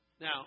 Now